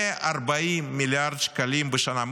140 מיליארד שקלים בשנה.